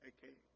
Okay